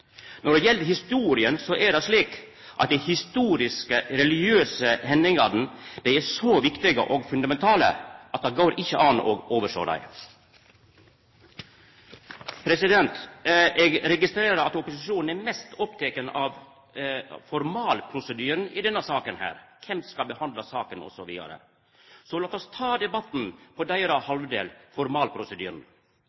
Når det gjeld historia, er det slik at dei historiske og religiøse hendingane er så viktige og så fundamentale at det går ikkje an å oversjå dei. Eg registrerer at opposisjonen er mest oppteken av formalprosedyren i denne saka – kven som skal behandla saka, osv. Lat oss ta debatten på deira